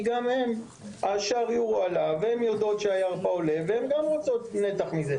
כי שער היורו עלה והן יודעות שהירפא עולה וגם הן רוצות נתח מזה.